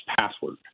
password